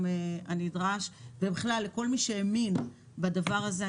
הנדרש ובכלל לכל מי שהאמין בדבר הזה.